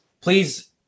please